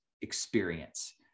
experience